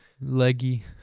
Leggy